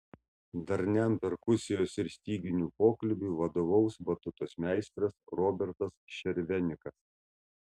darniam perkusijos ir styginių pokalbiui vadovaus batutos meistras robertas šervenikas